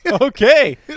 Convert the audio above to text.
okay